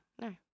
No